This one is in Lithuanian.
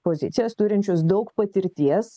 pozicijas turinčius daug patirties